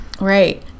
right